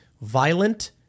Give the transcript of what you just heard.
Violent